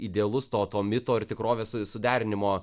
idealus to to mito ir tikrovės su suderinimo